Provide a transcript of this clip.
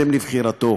על פי בחירתו: